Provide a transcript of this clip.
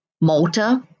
Malta